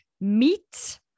meat